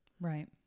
Right